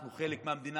אנחנו חלק מהמדינה,